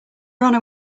honor